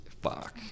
fuck